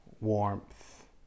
warmth